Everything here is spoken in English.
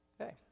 Okay